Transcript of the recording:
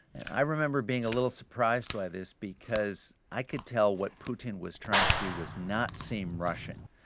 i remember being a little surprised by this because i could tell what putin was trying to do was not seem russian.